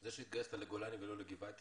זה שהתגייסת לגולני ולא לגבעתי